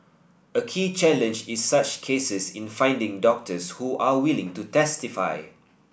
a key challenge in such cases in finding doctors who are willing to testify